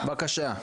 נכון?